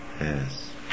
Yes